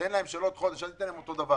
תן להם עוד חודש, אל תיתן להם אותו דבר.